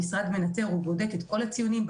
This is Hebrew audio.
המשרד מנטר ובודק את כל הציונים,